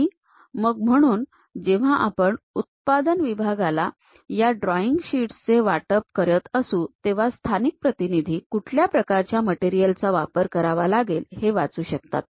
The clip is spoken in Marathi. आणि मग म्हणून जेव्हा आपण उत्पादन विभागात या ड्रॉईंग शीट्स चे वाटप करत असू तेव्हा स्थानिक प्रतिनिधी कुठल्या प्रकारच्या मटेरियल चा वापर करावा लागेल हे वाचू शकतात